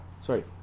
sorry